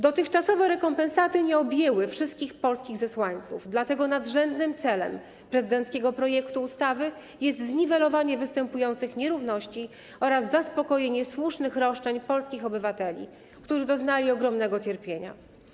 Dotychczasowe rekompensaty nie objęły wszystkich polskich zesłańców, dlatego nadrzędnym celem prezydenckiego projektu ustawy jest zniwelowanie występujących nierówności oraz zaspokojenie słusznych roszczeń polskich obywateli, którzy doznali ogromnego cierpienia.